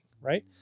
right